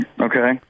Okay